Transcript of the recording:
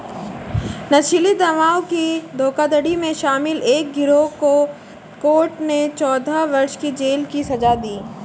नशीली दवाओं की धोखाधड़ी में शामिल एक गिरोह को कोर्ट ने चौदह वर्ष की जेल की सज़ा दी